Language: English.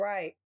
Right